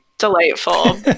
delightful